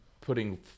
putting